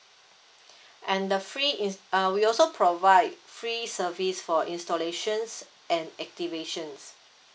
and the free is uh we also provide free service for installations and activations